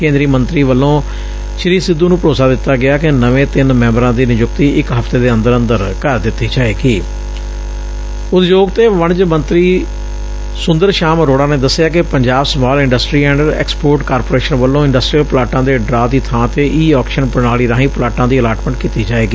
ਕੇਂਦਰੀ ਮੰਤਰੀ ਵੱਲੋਂ ਸ੍ਰੀ ਸਿੱਧੂ ਨੂੰ ਭਰੋਸਾ ਦਿੱਤਾ ਗਿਆ ਕਿ ਨਵੇਂ ਤਿੰਨ ਮੈਂਬਰਾਂ ਦੀ ਨਿਯੁਕਤੀ ਇੱਕ ਹਫਤੇ ਦੇ ਅੰਦਰ ਅੰਦਰ ਕਰ ਦਿੱਤੀ ਜਾਵੇਗੀ ਉਦਯੋਗ ਤੇ ਵਣਜ ਮੰਤਰੀ ਸੁੰਦਰ ਸ਼ਾਮ ਅਰੋੜਾ ਨੇ ਦੱਸਿਆ ਕਿ Punjab small industry and export corporation ਵਲੋਂ ਇੰਡਸਟਰੀਅਲ ਪਲਾਟਾਂ ਦੇ ਡਰਾਅ ਦੀ ਥਾਂ ਤੇ ਈ ਆਕਸ਼ਨ ਪ੍ਰਣਾਲੀ ਰਾਹੀ ਪਲਾਟਾਂ ਦੀ ਅਲਾਟਮੈਂਟ ਕੀਤੀ ਜਾਵੇਗਾ